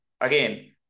again